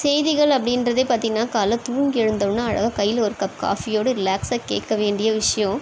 செய்திகள் அப்படின்றதே பார்த்திங்கனா காலையில தூங்கி எழுந்தவுடனே அழகாக கையில் ஒரு கப் காஃபியோட ரிலாக்ஸாக கேட்க வேண்டிய விஷயம்